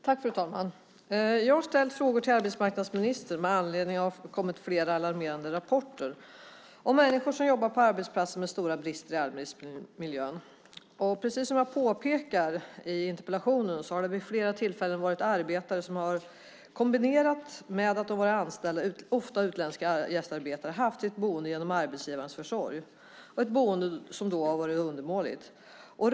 Fru talman! Jag har ställt frågor till arbetsmarknadsministern med anledning av att det har kommit flera alarmerande rapporter om människor som jobbar på arbetsplatser med stora brister i arbetsmiljön. Precis som jag påpekar i interpellationen har det vid flera tillfällen varit arbetare - ofta utländska gästarbetare - som kombinerat med att de har varit anställda haft sitt boende genom arbetsgivarens försorg. Det har då varit ett undermåligt boende.